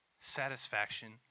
satisfaction